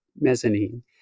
mezzanine